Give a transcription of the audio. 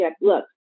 Look